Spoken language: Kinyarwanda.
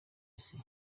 isi